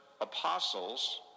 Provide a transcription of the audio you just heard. apostles